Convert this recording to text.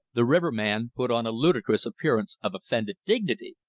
the riverman put on a ludicrous appearance of offended dignity.